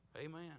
Amen